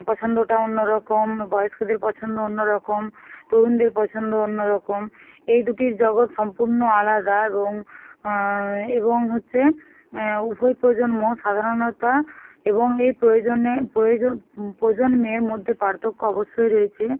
পছন্দটা অন্যরকম বয়স্কদের পছন্দ অন্যরকম তরুণদের পছন্দ অন্যরকম এই দুটির জগত সম্পূর্ণ আলাদা এবং এবং হচ্ছে উভয় প্রজন্ম সাধারণত এবং এই প্রয়োজনে প্রয়োজ প্রজন্মের মধ্যে পার্থক্য অবশ্যই রয়েছে